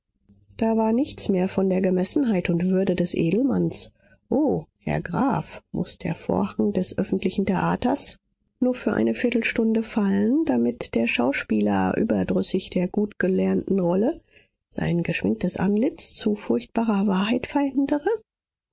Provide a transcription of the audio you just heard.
da war nichts mehr von der gemessenheit und würde des edelmanns o herr graf muß der vorhang des öffentlichen theaters nur für eine viertelstunde fallen damit der schauspieler überdrüssig der gutgelernten rolle sein geschminktes antlitz zu furchtbarer wahrheit verändere